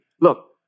look